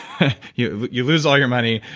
you you lose all your money.